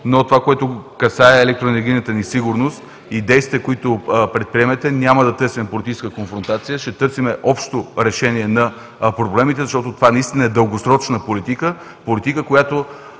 но това, което касае електроенергийната ни сигурност и действията, които предприемате, няма да търсим политическа конфронтация, ще търсим общо решение на проблемите, защото това е дългосрочна политика, която